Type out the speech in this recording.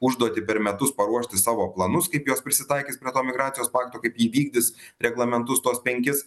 užduotį per metus paruošti savo planus kaip jos prisitaikys prie to migracijos pakto kaip jį vykdys reglamentus tuos penkis